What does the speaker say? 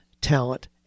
talent